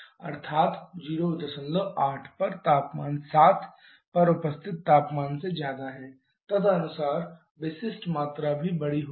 अर्थात 08 पर तापमान 7 पर उपस्थित तापमान से ज्यादा है तदनुसार विशिष्ट मात्रा भी बड़ी होगी